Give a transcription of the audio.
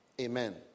Amen